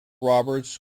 roberts